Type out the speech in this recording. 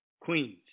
queens